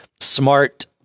smart